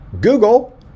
Google